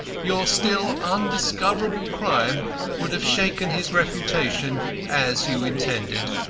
your still undiscoverable crime would have shaken his reputation as you intended.